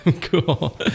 cool